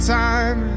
time